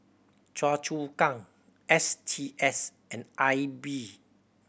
Choa Chu Kang S T S and I B